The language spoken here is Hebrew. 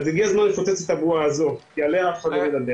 אז הגיע הזמן לפוצץ את הבועה הזאת כי עליה אף אחד לא מדבר.